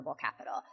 capital